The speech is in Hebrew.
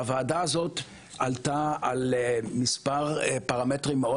הוועדה הזאת עלתה על מספר נקודות מאוד